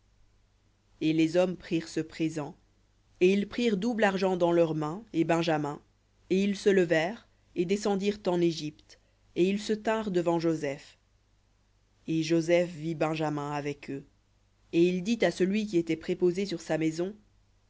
et les hommes prirent ce présent et ils prirent double argent dans leurs mains et benjamin et ils se levèrent et descendirent en égypte et ils se tinrent devant joseph et joseph vit benjamin avec eux et il dit à celui qui était sur sa maison